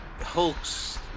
Hulk's